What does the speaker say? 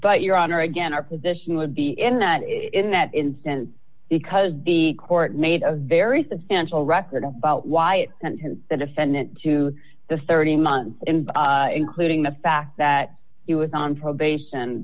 but your honor again our position would be in that in that instance because the court made a very substantial record about why it went to the defendant to the thirty months including the fact that he was on probation